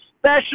special